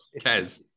Kez